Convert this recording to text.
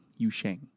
Yusheng